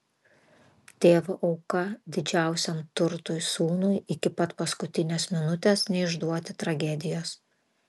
tėvo auka didžiausiam turtui sūnui iki pat paskutinės minutės neišduoti tragedijos